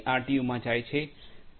આરટીયુમાં જાય છે